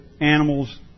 animals